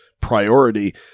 priority